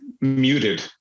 muted